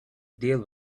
deal